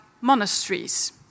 monasteries